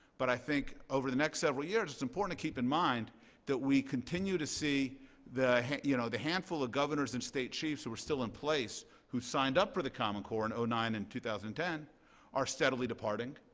but i think over the next several years, it's important to keep in mind that we continue to see the you know the handful of governors and state chiefs who are still in place who signed up for the common core and in nine and two thousand and ten are steadily departing.